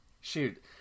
Shoot